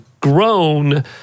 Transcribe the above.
grown